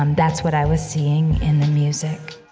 um that's what i was seeing in the music